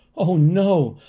oh, no!